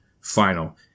final